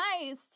nice